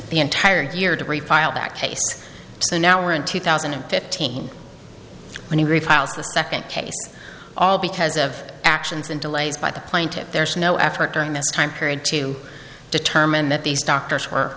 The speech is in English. the entire year to refile that case so now we're in two thousand and fifteen when he reviles the second case all because of actions and delays by the plaintiffs there's no effort during this time period to determine that these doctors were